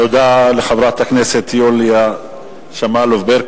תודה לחברת הכנסת יוליה שמאלוב-ברקוביץ.